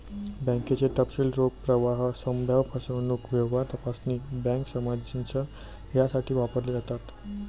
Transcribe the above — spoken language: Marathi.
बँकेचे तपशील रोख प्रवाह, संभाव्य फसवणूक, व्यवहार तपासणी, बँक सामंजस्य यासाठी वापरले जातात